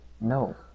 No